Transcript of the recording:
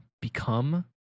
become